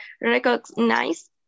recognize